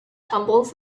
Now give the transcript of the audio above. tumbles